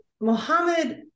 Mohammed